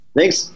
Thanks